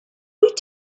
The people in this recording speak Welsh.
wyt